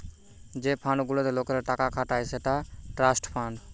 যে ফান্ড গুলাতে লোকরা টাকা খাটায় সেটা ট্রাস্ট ফান্ড